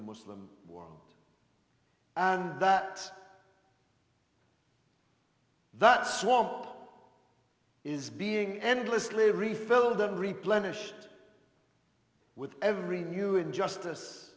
the muslim world and that that swarm is being endlessly refilled and replenished with every new injustice